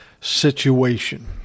situation